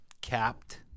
capped